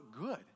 good